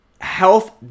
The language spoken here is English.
health